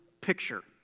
picture